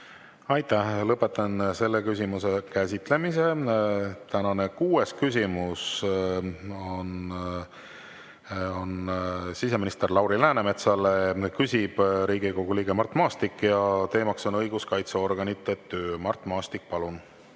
Aitäh! Lõpetan selle küsimuse käsitlemise. Tänane kuues küsimus on siseminister Lauri Läänemetsale, küsib Riigikogu liige Mart Maastik ja teema on õiguskaitseorganite töö. Mart Maastik, palun!